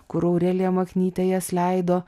kur aurelija maknytė jas leido